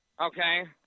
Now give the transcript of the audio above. okay